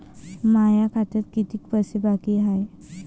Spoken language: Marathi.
माया खात्यात कितीक पैसे बाकी हाय?